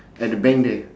at the bank there